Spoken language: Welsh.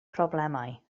problemau